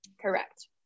Correct